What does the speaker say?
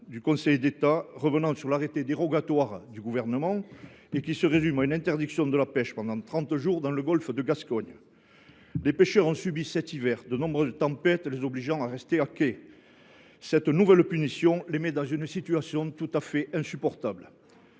du Conseil d’État revenant sur l’arrêté dérogatoire du Gouvernement, qui se résume à une interdiction de la pêche pendant trente jours dans le golfe de Gascogne ? Les pêcheurs ont subi cet hiver de nombreuses tempêtes les obligeant à rester à quai. Cette nouvelle punition les met dans une situation tout à fait insupportable.